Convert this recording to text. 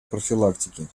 профилактики